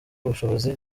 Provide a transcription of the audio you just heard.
ubushobozi